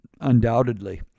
Undoubtedly